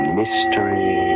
mystery